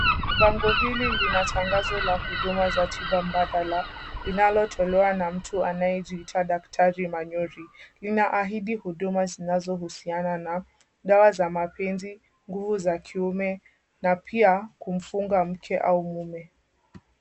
Bango hili lina tangazo la huduma za tiba mbadala linalotolewa na mtu anayejiita Daktari Manyori. Linaahidi huduma zinazohusiana na dawa za mapenzi, nguvu za kiume na pia kumfunga mke au mume.